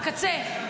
הקצה.